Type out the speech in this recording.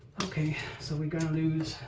okay so we're gonna lose